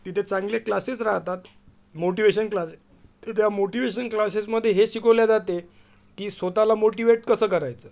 तिथे चांगले क्लासेस राहतात मोटिवेशन क्लासेस त त्या मोटिवेशन क्लासेसमदे हेच शिकवल्या जाते की स्वतःला मोटिवेट कसं करायचं